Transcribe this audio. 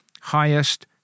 highest